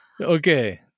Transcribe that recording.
Okay